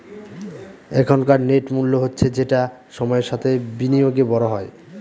এখনকার নেট মূল্য হচ্ছে যেটা সময়ের সাথে বিনিয়োগে বড় হয়